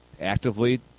actively